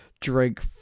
drink